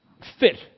fit